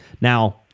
Now